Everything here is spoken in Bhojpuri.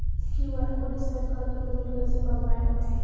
क्यू.आर कोड से स्कैन कर के पेमेंट कइसे कर पाएम?